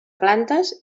plantes